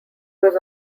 was